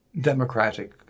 democratic